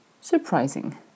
surprising